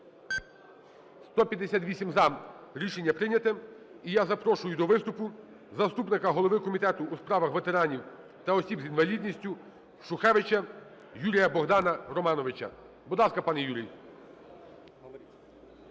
За-158 Рішення прийнято. І я запрошую до виступу заступника голови Комітету у справах ветеранів та осіб з інвалідністю Шухевича Юрія-Богдана Романовича. Будь ласка, пане Юрій.